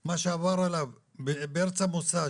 ומה שעבר עליו בארץ המוצא,